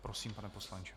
Prosím, pane poslanče.